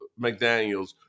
McDaniels